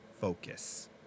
focus